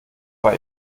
bei